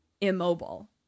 immobile